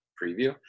preview